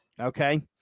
Okay